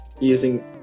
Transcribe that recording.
using